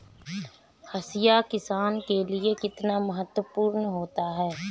हाशिया किसान के लिए कितना महत्वपूर्ण होता है?